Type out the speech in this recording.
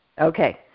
okay